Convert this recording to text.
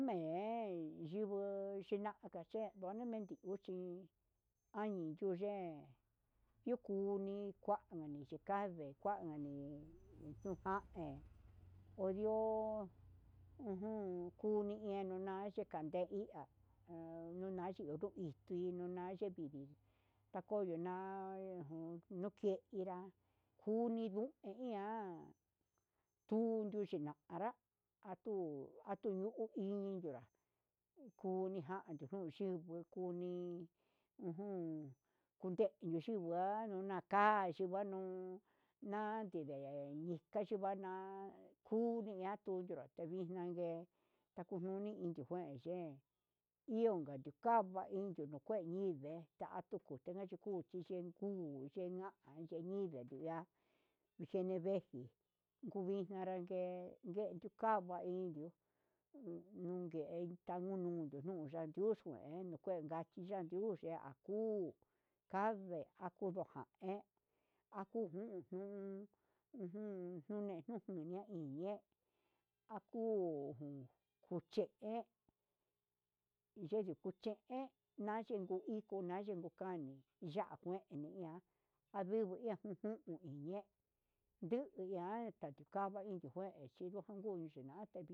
Me'e xhinguo ninaka chén, nguani mendi nguu chí añii yuu ye'e yukuni kuan ngani chikande ndukuan kanii yujande ndio ujun kuni yenuu na'a achenkade ihá ha nunaxhe unu hí ui nunache indii takuu yuna'a ejun yuke'e tinra juni nduu eian tuni yunina anráa tuu atulu iñi yuninra unijan jun yunguiju, ni ujun nduyenio xhingua nuna chinguanuu natinden nukaxhiva'a naya'a kuni ya tunrá tevixna ngue, nakununi indi ngue ye'e inka nuu kava inkanu yiin ngue ndatu yina nuku xhite enguu yena'a enñinde ya'a nijen meji vinganra ke'e yee kukava iin nunke tanuu naruxka nukue yunexka axhiyandexke akuu kande kujun jun uju nune najun ñain inñe'e akuu kuche'e yendu kuchen nadfio nda iko nadio yikon kain ya'a kué i ian anduguu ujun niñe'e ndugu ian achukava nundu yen echidu nju uchinaté.